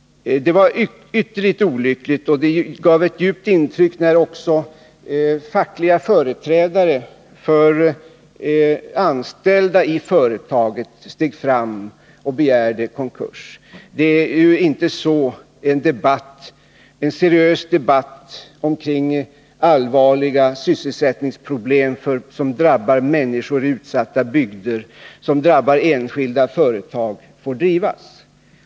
Det gjorde ett djupt intryck när också fackliga företrädare för anställda i företaget steg fram och begärde konkurs. En seriös debatt om allvarliga sysselsättningsproblem som drabbar människor i utsatta bygder och som drabbar enskilda företag får inte bedrivas på det sättet.